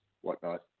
whatnot